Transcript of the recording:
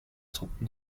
truppen